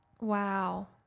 wow